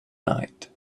night